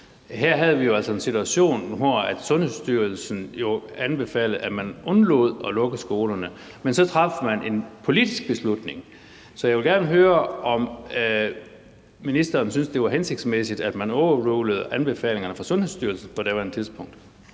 Her havde vi jo altså en situation, hvor Sundhedsstyrelsen anbefalede, at man undlod at lukke skolerne, men så traf man en politisk beslutning. Så jeg vil gerne høre, om ministeren synes, at det var hensigtsmæssigt, at man overrulede anbefalingerne fra Sundhedsstyrelsen på daværende tidspunkt.